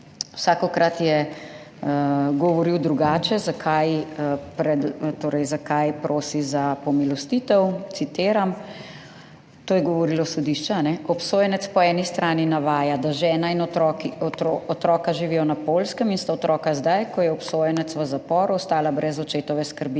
Vsakokrat je govoril drugače, zakaj pred, torej zakaj prosi za pomilostitev, citiram, to je govorilo sodišče. Obsojenec po eni strani navaja, da žena in otroki otroka živijo na Poljskem in sta otroka zdaj ko je obsojenec v zaporu ostala brez očetove skrbi